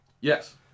Yes